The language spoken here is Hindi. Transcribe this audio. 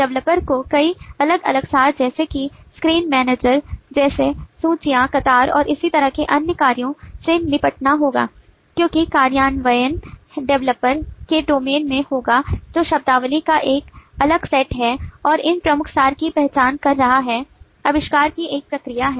डेवलपर को कई अलग अलग सार जैसे कि स्क्रीन मैनेजर जैसे सूचियाँ कतार और इसी तरह के अन्य कार्यों से निपटना होगा क्योंकि कार्यान्वयन डेवलपर developer के डोमेन में होगा जो शब्दावली का एक अलग सेट है और इन प्रमुख सार की पहचान कर रहा है आविष्कार की एक प्रक्रिया है